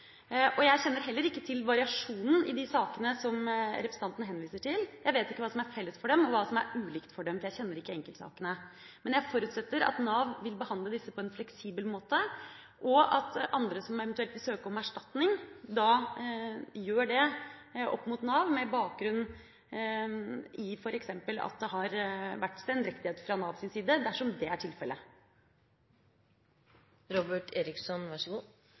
Jeg kjenner heller ikke til variasjonen i de sakene som representanten henviser til – jeg vet ikke hva som er felles for dem, og hva som er ulikt, for jeg kjenner ikke enkeltsakene. Men jeg forutsetter at Nav vil behandle disse på en fleksibel måte. At andre som eventuelt vil søke om erstatning, gjør det til Nav, med bakgrunn i at det f.eks. har vært sendrektighet fra Navs side, dersom det er